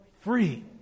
free